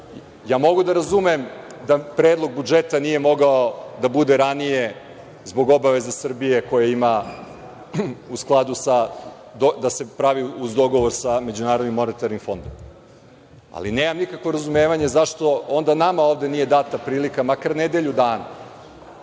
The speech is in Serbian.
mogu da razumem da Predlog budžeta nije mogao da bude ranije zbog obaveza Srbije koje ima u skladu da se pravi dogovor sa MMF-om, ali nemam nikakvo razumevanje zašto onda nama ovde nije data prilika makar nedelju dana,